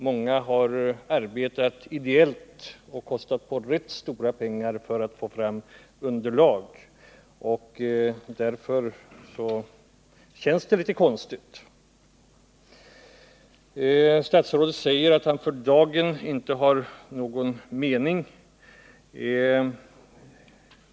Många har arbetat ideellt och kostat på rätt stora pengar för att få fram underlag. Därför känns det litet konstigt. Statsrådet säger att han för dagen inte har någon mening.